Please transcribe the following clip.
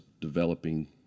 developing